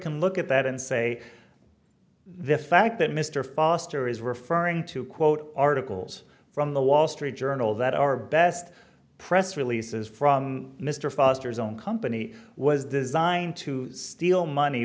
can look at that and say the fact that mr foster is referring to quote articles from the wall street journal that are best press releases from mr foster's own company was designed to steal money